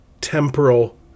temporal